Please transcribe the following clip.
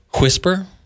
Whisper